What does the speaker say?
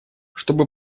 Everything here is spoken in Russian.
чтобы